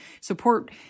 support